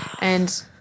And-